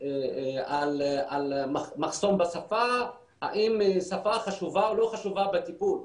על מחסום בשפה, האם שפה חשובה או לא חשובה בטיפול.